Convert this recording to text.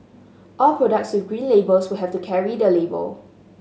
all products with Green Labels will have to carry the label